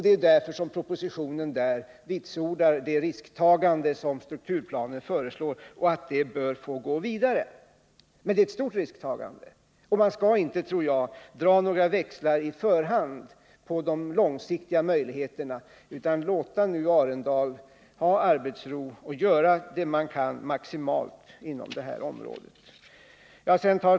Därför bekräftas i proposi Nr 164 tionen att det risktagande som i strukturplanen föreslås bör få gå vidare. Men det är ett stort risktagande. Man skall inte, tror jag, dra några växlar på de långsiktiga möjligheterna, utan man bör låta Arendalsvarvet nu få arbetsro så att man kan göra vad som maximalt är möjligt inom det här området.